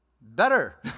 Better